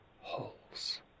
holes